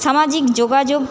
সামাজিক যোগাযোগ